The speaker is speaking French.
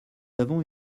avons